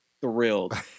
thrilled